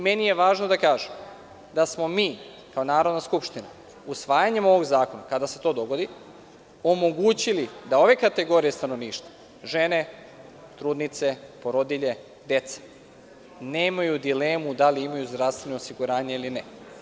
Meni je važno da kažem da smo mi kao Narodna skupština usvajanjem ovog zakona, kada se to dogodi, omogućili da ove kategorije stanovništva, žene, trudnice, porodilje, deca, nemaju dilemu da li imaju zdravstveno osiguranje ili ne.